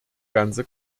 ganze